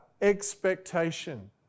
expectation